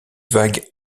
vague